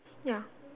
ya